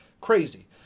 Crazy